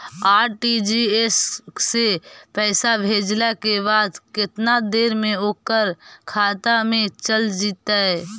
RTGS से पैसा भेजला के बाद केतना देर मे ओकर खाता मे चल जितै?